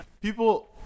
people